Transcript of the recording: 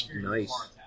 Nice